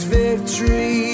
victory